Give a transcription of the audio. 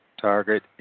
target